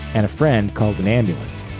and a friend called an ambulance.